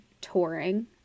touring